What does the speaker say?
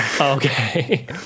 Okay